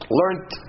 learned